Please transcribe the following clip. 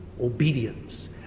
obedience